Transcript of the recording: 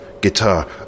guitar